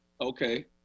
Okay